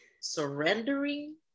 Surrendering